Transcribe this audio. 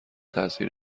تاثیر